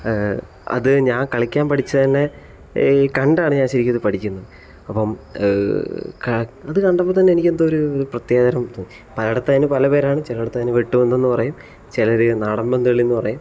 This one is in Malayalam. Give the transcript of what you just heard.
അത് ഞാൻ കളിക്കാൻ പഠിച്ചത് തന്നെ കണ്ടാണ് ഞാൻ ശരിക്കും ഇത് പഠിക്കുന്നത് അപ്പം അത് കണ്ടപ്പോൾത്തന്നെ എനിക്കെന്തോ ഒരു പ്രത്യേകതരം തോന്നി പലയിടത്തുംഅതിനു പലപേരാണ് ചിലയിടത്ത് അതിനെ വെട്ടുപന്തെന്ന് പറയും ചിലർ നാടൻ പന്ത് കളീന്നു പറയും